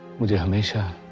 with your permission.